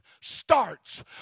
starts